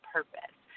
Purpose